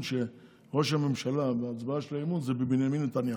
כשראש הממשלה בהצבעה של האי-אמון זה בנימין נתניהו.